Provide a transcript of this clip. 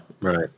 Right